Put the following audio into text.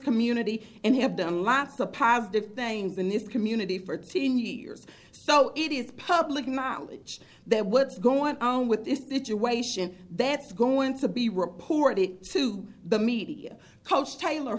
community and have done lots the positive things in this community for thirteen years so it is public knowledge that what's going on with this situation that's going to be reported to the media coach taylor